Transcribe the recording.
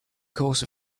course